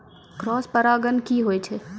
Cross परागण की होय छै?